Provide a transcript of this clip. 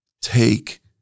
take